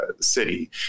city